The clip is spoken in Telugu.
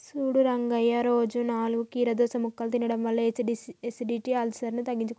సూడు రంగయ్య రోజు నాలుగు కీరదోస ముక్కలు తినడం వల్ల ఎసిడిటి, అల్సర్ను తగ్గించుకోవచ్చు